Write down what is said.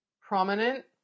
prominent